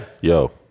Yo